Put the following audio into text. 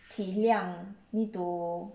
体谅 need to